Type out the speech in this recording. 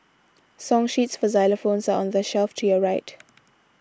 song sheets for xylophones are on the shelf to your right